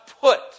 put